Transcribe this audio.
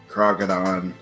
Crocodon